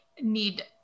need